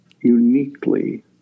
uniquely